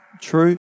true